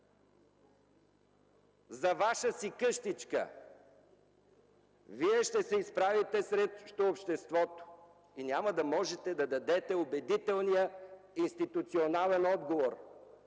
за Ваша си къщичка, Вие ще се изправите срещу обществото и няма да можете да дадете убедителния институционален отговор.